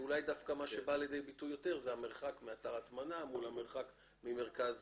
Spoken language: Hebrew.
מה שבא פה לידי ביטוי זה המרחק מאתר ההטמנה לעומת המרחק ממרכז